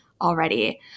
already